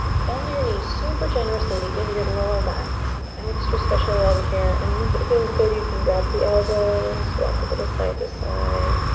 bend your knees super generously to give your lower back some extra special love here, and then if it feels good you can grab the elbows, rock a little side to side,